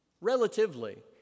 Relatively